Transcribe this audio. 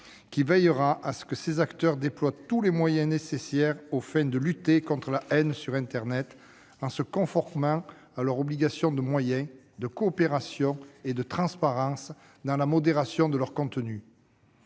permettra à ces acteurs de déployer tous les moyens nécessaires aux fins de lutter contre la haine sur internet, en se conformant à leurs obligations de moyens, de coopération et de transparence dans la modération de leurs contenus.